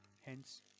hence